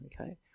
okay